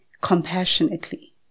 compassionately